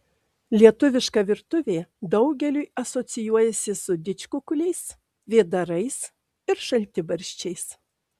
lietuviška virtuvė daugeliui asocijuojasi su didžkukuliais vėdarais ir šaltibarščiais